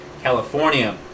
California